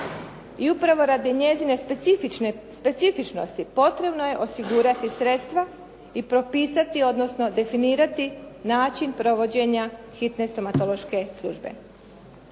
I upravo radi njezine specifičnosti potrebno je osigurati sredstva i propisati, odnosno definirati način provođenja hitne stomatološke službe.